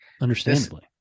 understandably